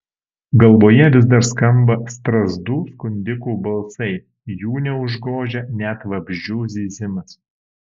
galvoje vis dar skamba strazdų skundikų balsai jų neužgožia net vabzdžių zyzimas